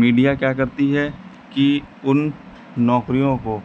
media क्या करता है कि उन नौकरियों को